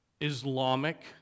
Islamic